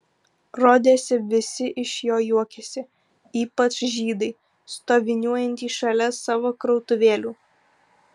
rodėsi visi iš jo juokiasi ypač žydai stoviniuojantys šalia savo krautuvėlių